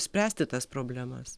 spręsti tas problemas